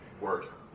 work